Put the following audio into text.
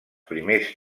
primers